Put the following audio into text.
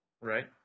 Right